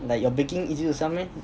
like your baking easy to sell meh